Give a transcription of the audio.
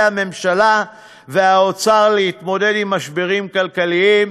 הממשלה והאוצר להתמודד עם משברים כלכליים,